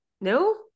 no